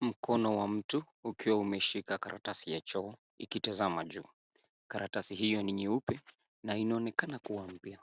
Mkono wa mtu ukiwa umeshika karatasi ya choo ikitazama juu. Karatasi hiyo ni nyeupe na inaonekana kuwa mpya.